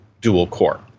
dual-core